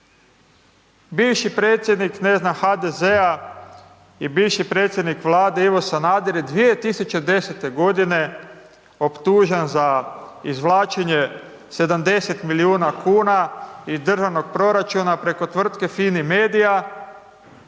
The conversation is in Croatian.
bivši predsjednik ne znam HDZ-a i bivši predsjednik Vlade, Ivo Sanader je 2010. g. optužen za izvlačenje 70 milijuna kuna iz državnog proračuna preko tvrtke FIMA